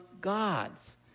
God's